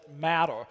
matter